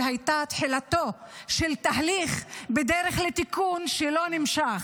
שהיה תחילתו של תהליך בדרך לתיקון שלא נמשך.